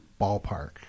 ballpark